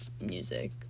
music